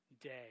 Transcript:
day